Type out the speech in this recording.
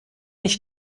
ich